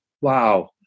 Wow